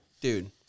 Dude